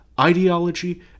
ideology